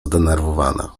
zdenerwowana